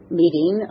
meeting